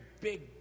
big